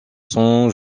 san